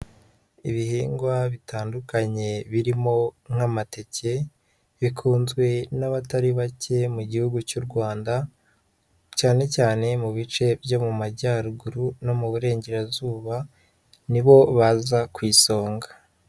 Ibihingwa bitandukanye birimo nk'amateke, bikunzwe n'abatari bake mu gihugu cy'u Rwanda, cyane cyane mu bice byo mu Majyaruguru no mu Burengerazuba, nibo baza ku isonga.